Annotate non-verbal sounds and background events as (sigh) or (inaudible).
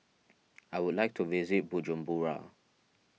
(noise) I would like to visit Bujumbura